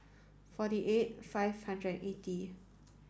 forty eight five hundred and eighty